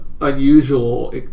unusual